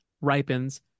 ripens